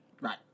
Right